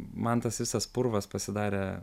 man tas visas purvas pasidarė